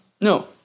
No